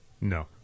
No